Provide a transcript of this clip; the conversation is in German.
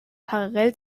parallel